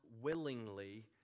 willingly